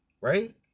right